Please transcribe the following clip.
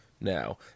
Now